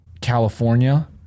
California